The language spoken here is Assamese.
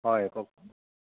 হয় কওকচোন